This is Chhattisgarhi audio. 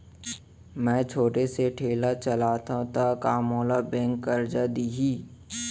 मैं छोटे से ठेला चलाथव त का मोला बैंक करजा दिही?